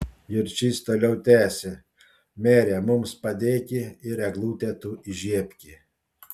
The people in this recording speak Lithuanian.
jurčys toliau tęsė mere mums padėki ir eglutę tu įžiebki